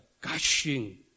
gushing